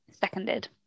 Seconded